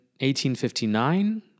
1859